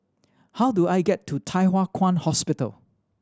how do I get to Thye Hua Kwan Hospital